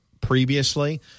previously